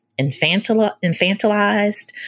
infantilized